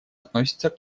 относится